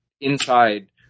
inside